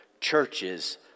churches